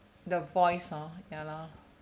the voice hor ya lor